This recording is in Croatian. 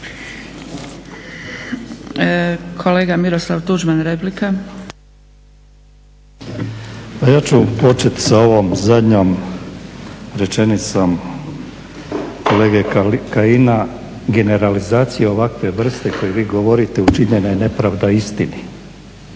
Miroslav (HDZ)** Pa ja ću početi sa ovom zadnjom rečenicom kolege Kajina, generalizacija ovakve vrste o kojoj vi govorite učinjena je nepravda istini.